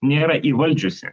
nėra įvaldžiusi